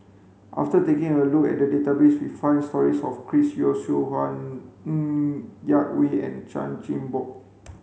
after taking a look at database we found stories about Chris Yeo Siew Hua Ng Yak Whee and Chan Chin Bock